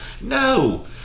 No